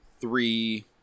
three